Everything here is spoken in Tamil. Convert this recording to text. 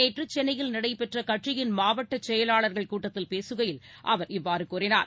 நேற்று சென்னையில் நடைபெற்ற கட்சியின் மாவட்டச் செயலாளர்கள் கூட்டத்தில் பேசுகையில் அவர் இவ்வாறு கூறினார்